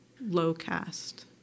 low-caste